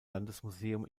landesmuseum